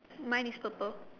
mine is purple